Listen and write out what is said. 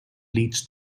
leads